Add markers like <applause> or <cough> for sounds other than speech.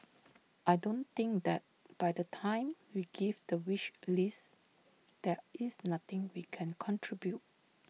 <noise> I don't think that by the time we give the wish list there is nothing we can contribute